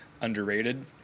underrated